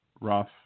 rough